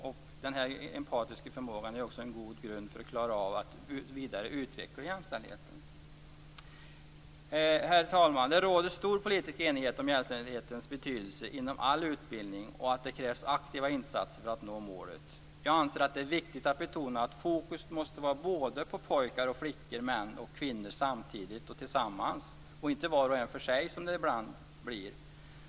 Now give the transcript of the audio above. En sådan empatisk förmåga är också en god grund för att klara av att vidareutveckla jämställdheten. Herr talman! Det råder stor politisk enighet om jämställdhetens betydelse inom all utbildning och att det krävs aktiva insatser för att nå målet. Jag anser att det är viktigt att betona att fokus måste vara både på pojkar och flickor, män och kvinnor samtidigt och tillsammans, och inte var och en för sig som det ibland blir.